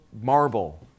marble